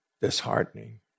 disheartening